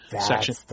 section